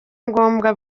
ngombwa